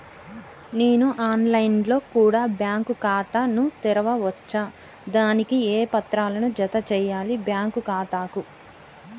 నేను online లో కూడా బ్యాంకు ఖాతా ను తెరవ వచ్చా? దానికి ఏ పత్రాలను జత చేయాలి బ్యాంకు ఖాతాకు?